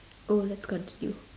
oh let's continue